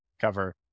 cover